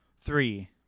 Three